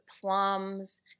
plums